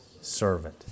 servant